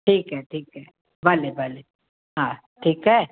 ठीकु आहे ठीकु आहे भले भले हा ठीकु आहे